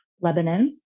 Lebanon